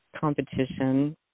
competition